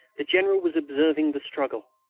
the general was observing the struggle.